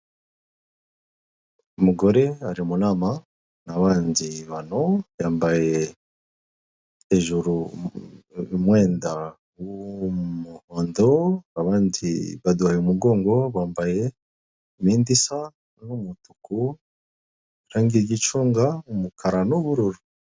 Umugore ari mu nama n'abandi bantu yambaye hejuru umwenda w'umuhondo abandi baduhaye umugongo bambaye imyenda isa n'umutuku irange ry'icunga umukara n'ubururu.